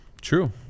True